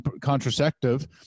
contraceptive